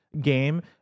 game